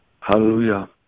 Hallelujah